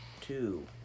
two